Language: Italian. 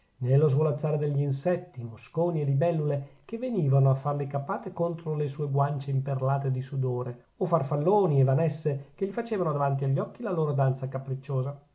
lo svolazzare degli insetti mosconi e libellule che venivano a far le capate contro le sue guance imperlate di sudore o farfalloni e vanesse che gli facevano davanti agli occhi la loro danza capricciosa